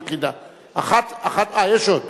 טוב.